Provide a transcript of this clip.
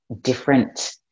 different